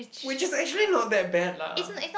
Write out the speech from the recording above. which is actually not that bad lah